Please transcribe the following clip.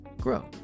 grow